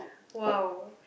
!wow!